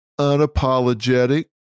unapologetic